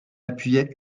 appuyait